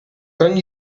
kan